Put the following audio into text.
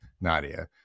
Nadia